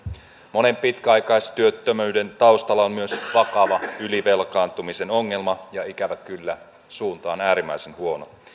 monen pitkäaikaistyöttömyyden taustalla on myös vakava ylivelkaantumisen ongelma ja ikävä kyllä suunta on äärimmäisen huono